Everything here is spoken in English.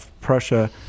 Prussia